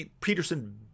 Peterson